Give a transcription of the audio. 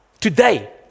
today